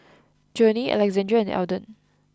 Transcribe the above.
Journey Alexandria and Elden